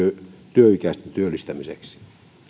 työikäisten työllistämiseksi